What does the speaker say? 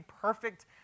perfect